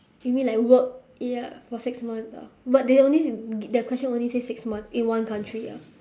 you mean like work ya for six months ah but they only the question only say six months in one country ya